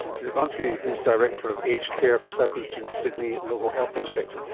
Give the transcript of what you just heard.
peter gonski, who is director of aged care for south eastern sydney local health district.